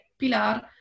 Pilar